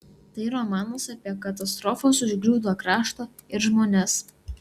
tai romanas apie katastrofos užgriūtą kraštą ir žmones